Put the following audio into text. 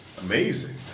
Amazing